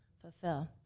fulfill